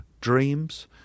Dreams